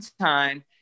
time